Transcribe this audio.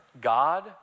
God